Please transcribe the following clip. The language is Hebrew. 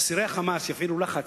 אסירי ה"חמאס" יפעילו לחץ,